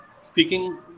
speaking